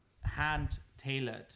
hand-tailored